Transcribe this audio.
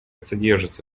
содержатся